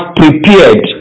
prepared